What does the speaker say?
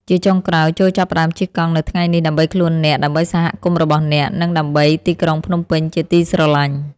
ជាចុងក្រោយ ចូរចាប់ផ្ដើមជិះកង់នៅថ្ងៃនេះ ដើម្បីខ្លួនអ្នក ដើម្បីសហគមន៍របស់អ្នក និងដើម្បីទីក្រុងភ្នំពេញជាទីស្រឡាញ់។